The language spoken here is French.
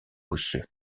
osseux